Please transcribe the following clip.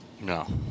No